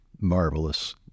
marvelous